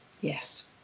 yes